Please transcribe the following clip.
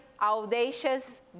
audacious